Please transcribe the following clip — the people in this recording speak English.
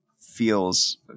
feels